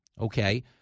okay